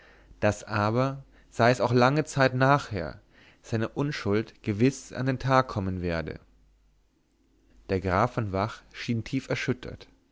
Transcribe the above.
daß aber sei es auch lange zeit nachher seine unschuld gewiß an den tag kommen werde der graf von vach schien tief erschüttert